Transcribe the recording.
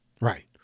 Right